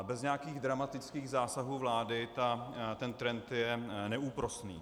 Bez nějakých dramatických zásahů vlády je ten trend neúprosný.